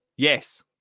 Yes